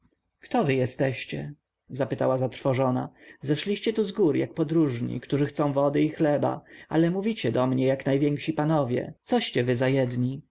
kto wy jesteście pytała zatrwożona zeszliście tu z gór jak podróżni którzy chcą wody i chleba ale mówicie do mnie jak najwięksi panowie coście wy za jedni